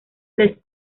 les